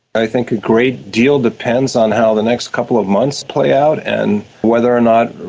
i think a great deal depends on how the next couple of months play out and whether or not